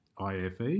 IFE